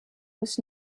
was